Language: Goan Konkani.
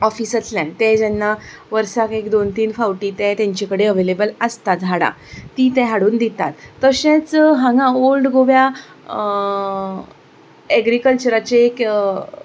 ऑफिसांतल्यान ते जेन्ना वर्साक एक दोन तीन फावटी ते तेंचे कडेन अवेलेबल आसता झाडां ती ते हाडून दितात तशेंच हांगां ऑल्ड गोव्या एग्रीकल्चराची